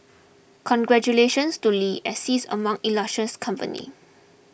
congratulations to Lee as sees among illustrious company